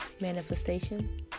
manifestation